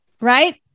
right